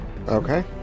Okay